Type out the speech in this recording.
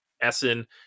Essen